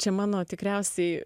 čia mano tikriausiai